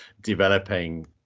developing